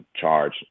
charge